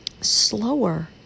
slower